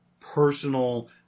personal